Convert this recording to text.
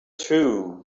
too